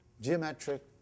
Geometric